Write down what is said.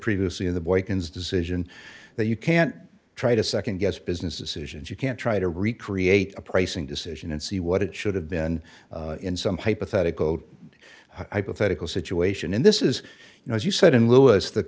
previously in the boykins decision that you can't try to nd guess business decisions you can't try to recreate a pricing decision and see what it should have been in some hypothetical i prophetical situation in this is you know as you said in lewis the